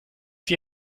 die